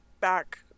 back